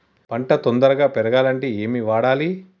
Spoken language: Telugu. పంట తొందరగా పెరగాలంటే ఏమి వాడాలి?